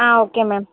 okay ma'am